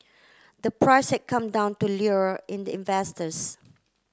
the price had come down to lure in the investors